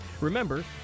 Remember